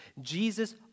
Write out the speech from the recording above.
Jesus